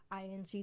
ing